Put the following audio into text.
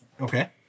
Okay